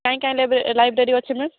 କାଇଁ କାଇଁ ଲାଇବ୍ରେରୀ ଅଛି ମ୍ୟାମ୍